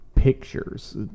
pictures